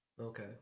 Okay